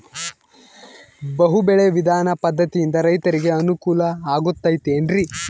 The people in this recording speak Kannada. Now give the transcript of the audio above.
ಬಹು ಬೆಳೆ ವಿಧಾನ ಪದ್ಧತಿಯಿಂದ ರೈತರಿಗೆ ಅನುಕೂಲ ಆಗತೈತೇನ್ರಿ?